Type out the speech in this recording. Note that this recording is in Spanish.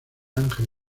ángel